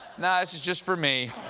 na, this is just for me.